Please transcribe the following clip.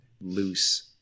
loose